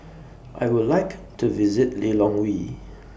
I Would like to visit Lilongwe